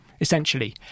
essentially